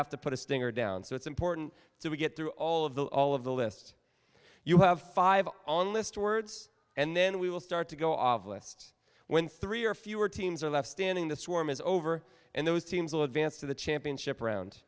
have to put a stinger down so it's important so we get through all of the all of the list you have five on list words and then we will start to go off list when three or fewer teams are left standing the swarm is over and those teams will advance to the championship round